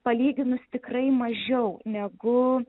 palyginus tikrai mažiau negu